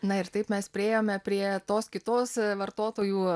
na ir taip mes priėjome prie tos kitos vartotojų